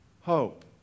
hope